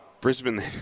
Brisbane